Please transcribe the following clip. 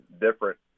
different